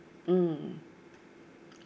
mm